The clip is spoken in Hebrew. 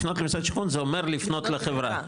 לפנות למשרד השיכון זה אומר לפנות לחברה.